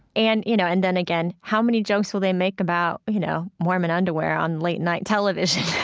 and you know, and then again, how many jokes will they make about, you know, mormon underwear on late-night television?